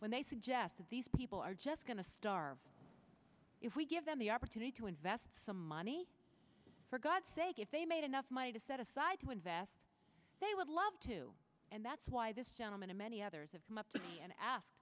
when they suggest that these people are just going to starve if we give them the opportunity to invest some money for god's sake if they made enough money to set aside to invest they would love to and that's why this gentleman and many others have come up to me and ask